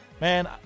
Man